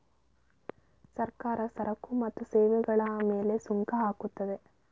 ಸರ್ಕಾರ ಸರಕು ಮತ್ತು ಸೇವೆಗಳ ಮೇಲೆ ಸುಂಕ ಹಾಕುತ್ತದೆ